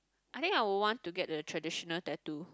I think I would want to get the traditional tattoo